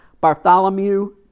Bartholomew